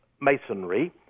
Masonry